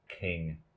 king